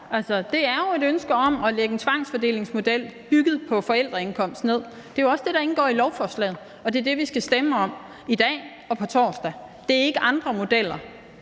det er jo et ønske om at lægge en tvangsfordelingsmodel bygget på forældreindkomst nedover. Det er jo også det, der indgår i lovforslaget, og det er det, vi skal stemme om i dag og på torsdag. Det er ikke andre modeller.